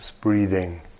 breathing